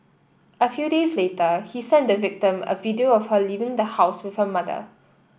a few days later he sent the victim a video of her leaving the house with her mother